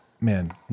Man